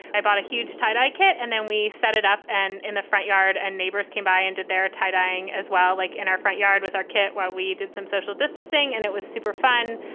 i bought a huge tie dye kit and then we set it up and in the front yard and neighbors came by into their tie dying as well, like in our front yard with our kit while we did some social distancing. and it was super fun.